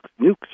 nukes